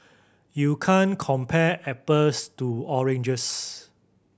you can't compare apples to oranges